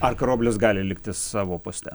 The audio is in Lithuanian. ar karoblis gali likti savo poste